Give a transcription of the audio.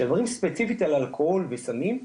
כשמדברים ספיציפית על אלכוהול וסמים,